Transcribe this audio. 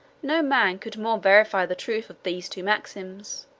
no man could more verify the truth of these two maxims,